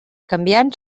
canviant